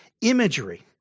imagery